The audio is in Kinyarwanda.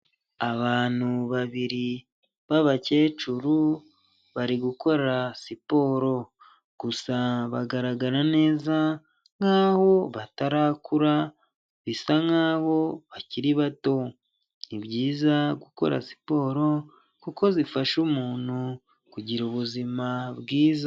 Abantu babiri b'abakecuru bari gukora siporo gusa bagaragara neza nk'aho batarakura bisa nk'aho bakiri bato ,ni byiza gukora siporo kuko zifasha umuntu kugira ubuzima bwiza.